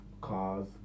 Cars